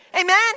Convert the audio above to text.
Amen